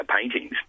paintings